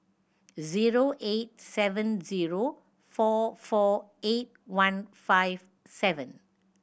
zero eight seven zero four four eight one five seven